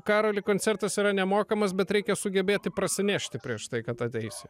karoli koncertas yra nemokamas bet reikia sugebėti prasinešti prieš tai kad ateisi